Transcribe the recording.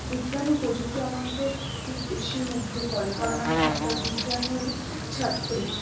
বিজ্ঞান ও প্রযুক্তি আমাকে খুব বেশি মুগ্ধ করে কারণ আমি একটা বিজ্ঞানের ছাত্রী